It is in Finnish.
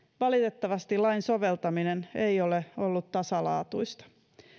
valitettavasti lain soveltaminen ei ole ollut tasalaatuista